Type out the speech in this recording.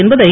என்பதை